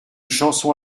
chanson